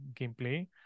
gameplay